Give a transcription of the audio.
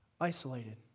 Isolated